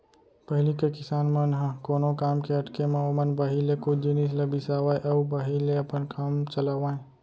पहिली के किसान मन ह कोनो काम के अटके म ओमन बाहिर ले कुछ जिनिस ल बिसावय अउ बाहिर ले अपन काम चलावयँ